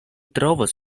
trovos